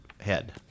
Head